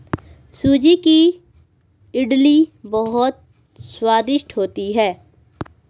सूजी की इडली बहुत स्वादिष्ट होती है